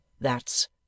That's